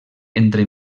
entre